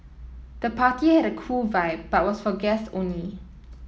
the party had a cool vibe but was for guests only